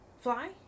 Fly